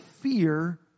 fear